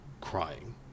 crying